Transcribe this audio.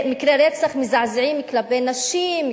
מקרי רצח מזעזעים כלפי נשים,